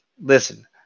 listen